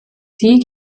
sie